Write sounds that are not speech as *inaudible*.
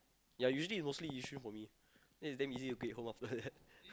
ya usually mostly Yishun for me then is damn easy to get home after that *laughs*